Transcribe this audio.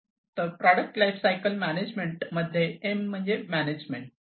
तर product lifecycle management मध्ये M म्हणजे मॅनेजमेंट